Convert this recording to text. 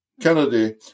Kennedy